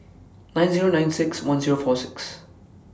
nine Zero nine six one Zero four six